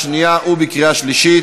יש הסכמות של יום שלישי,